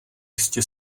jistě